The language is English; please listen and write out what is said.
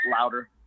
louder